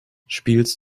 spielst